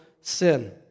sin